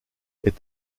est